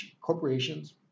Corporations